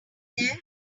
there